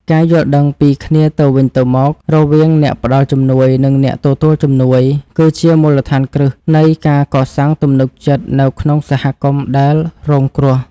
ការយល់ដឹងពីគ្នាទៅវិញទៅមករវាងអ្នកផ្តល់ជំនួយ និងអ្នកទទួលជំនួយ គឺជាមូលដ្ឋានគ្រឹះនៃការកសាងទំនុកចិត្តនៅក្នុងសហគមន៍ដែលរងគ្រោះ។